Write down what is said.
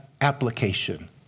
Application